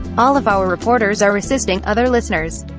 all of our reporters are assisting other listeners.